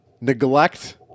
Neglect